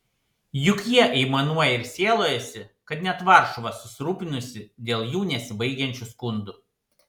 juk jie aimanuoja ir sielojasi kad net varšuva susirūpinusi dėl jų nesibaigiančių skundų